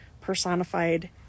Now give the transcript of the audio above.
personified